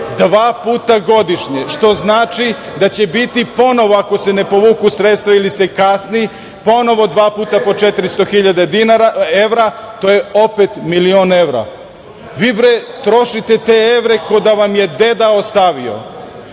dva puta godišnje, što znači da će biti ponovo ako se ne povuku sredstva ili se kasni, ponovo dva puta po 400.000 evra i to je opet milion evra. Vi trošite te evre kao da vam ih je deda ostavio.